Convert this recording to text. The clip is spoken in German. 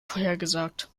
vorhergesagt